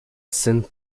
syn